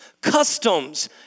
Customs